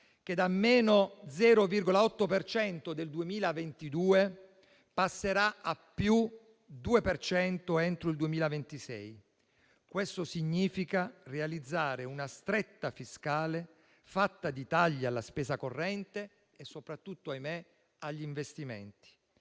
per cento del 2022 passerà a + 2 per cento entro il 2026. Questo significa realizzare una stretta fiscale fatta di tagli alla spesa corrente e soprattutto - ahimè - agli investimenti